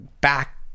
back